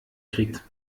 kriegt